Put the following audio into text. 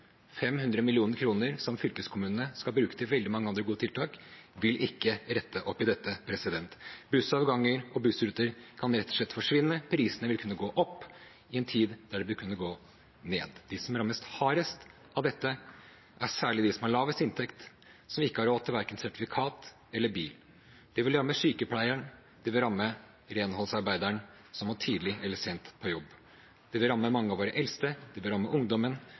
500 mill. kr som fylkeskommunene skal bruke til veldig mange andre gode tiltak, vil ikke rette opp i dette. Bussavganger og bussruter kan rett og slett forsvinne. Prisene vil kunne gå opp i en tid der de burde gå ned. De som rammes hardest av dette, er særlig dem med lavest inntekt, som ikke har råd til verken sertifikat eller bil. Det vil ramme sykepleieren og renholdsarbeideren som må tidlig eller sent på jobb. Det vil ramme mange av våre eldste, det vil ramme ungdommen